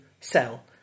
sell